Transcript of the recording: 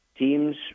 Teams